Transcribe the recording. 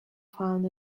found